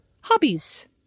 hobbies